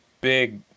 big